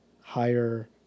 higher